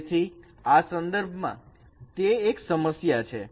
તેથી આ સંદર્ભમાં તે એક સમસ્યા છે